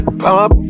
pop